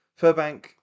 Furbank